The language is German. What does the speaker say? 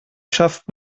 schafft